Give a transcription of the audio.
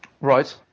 Right